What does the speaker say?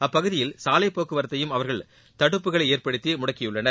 அப்பகுதியில் சாவைப்போக்குவரத்தையும் அவர்கள் தடுப்புகளைஏற்படுத்திமுடக்கியுள்ளனர்